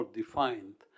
defined